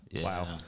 wow